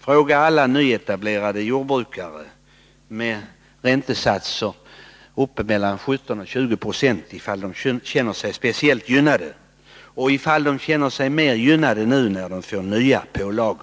Fråga alla nyetablerade jordbrukare med räntesatser mellan 17 och 20 70 om de har känt sig speciellt gynnade tidigare och om de känner sig gynnade nu, när de får nya pålagor.